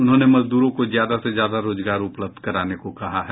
उन्होंने मजदूरों को ज्यादा से ज्यादा रोजगार उपलब्ध कराने को कहा है